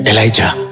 Elijah